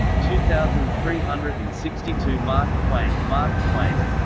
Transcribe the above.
two thousand three hundred and sixty two mark twain mark twain